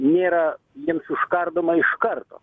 nėra jiems užkardoma iš karto